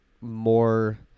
more